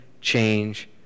change